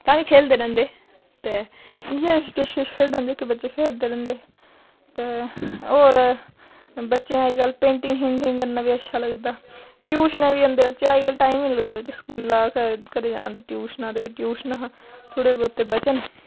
ताईं खेलदे रैंह्दे ते इयै कि किश किश खेढां न जेह्ड़े बच्चे खेढदे रौंह्दे ते होर बच्चे अज्जकल पेंटिंग शेंटिंग करना बी अच्छा लगदा ट्यूशनां बी बच्चें अज्जकल टाइम नी लगदा बच्चे स्कूला घर घर च आंदे ट्यूशनां ते फ्ही ट्यूशनां थोह्ड़े बोह्ते बचन